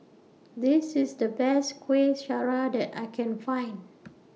This IS The Best Kueh Syara that I Can Find